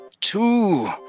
Two